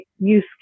use